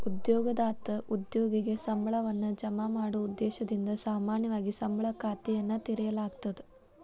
ಉದ್ಯೋಗದಾತ ಉದ್ಯೋಗಿಗೆ ಸಂಬಳವನ್ನ ಜಮಾ ಮಾಡೊ ಉದ್ದೇಶದಿಂದ ಸಾಮಾನ್ಯವಾಗಿ ಸಂಬಳ ಖಾತೆಯನ್ನ ತೆರೆಯಲಾಗ್ತದ